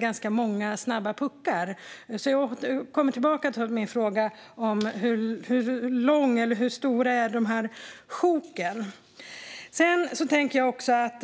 ganska många snabba puckar. Jag återkommer alltså till hur långa eller hur stora sjoken ska vara.